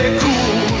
cool